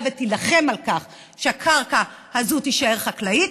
ותילחם על כך שהקרקע הזאת תישאר חקלאית.